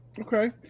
okay